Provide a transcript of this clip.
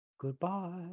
Goodbye